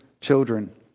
children